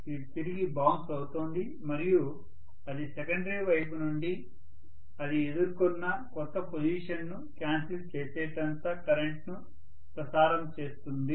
ఇది తిరిగి బౌన్స్ అవుతోంది మరియు అది సెకండరీ వైపు నుండి అది ఎదుర్కొన్న క్రొత్త పొజిషన్ ను క్యాన్సిల్ చేసేటంత కరెంట్ ను ప్రసారం చేస్తుంది